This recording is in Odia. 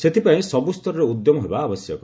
ସେଥିପାଇଁ ସବୁସ୍ତରରେ ଉଦ୍ୟମ ହେବା ଆବଶ୍ୟକ